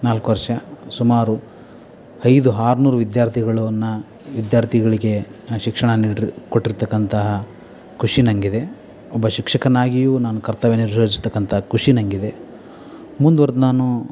ನಾಲ್ಕು ವರ್ಷ ಸುಮಾರು ಐದು ಆರುನೂರು ವಿದ್ಯಾರ್ಥಿಗಳನ್ನ ವಿದ್ಯಾರ್ಥಿಗಳಿಗೆ ಶಿಕ್ಷಣ ನೀಡಿರ ಕೊಟ್ಟಿರತಕ್ಕಂತಹ ಖುಷಿ ನನಗಿದೆ ಒಬ್ಬ ಶಿಕ್ಷಕನಾಗಿಯೂ ನಾನು ಕರ್ತವ್ಯ ನೆರವೇರ್ಸ್ತಕ್ಕಂತ ಖುಷಿ ನನಗಿದೆ ಮುಂದುವರ್ದು ನಾನು